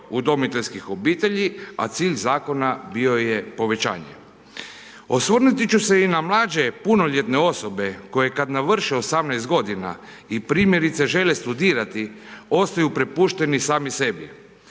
udomiteljskih obitelji, a cilj zakona bio je povećanje. Osvrnuti ću se i na mlađe punoljetne osobe, koje kada navrše 18 g. i primjerice žele studirati, ostaju prepušteni sami sebi